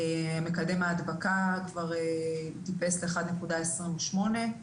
מקדם ההדבקה כבר טיפס ל-1.28.